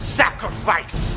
sacrifice